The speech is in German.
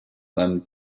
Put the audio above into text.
seinem